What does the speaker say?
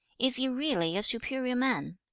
is he really a superior man?